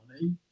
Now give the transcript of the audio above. money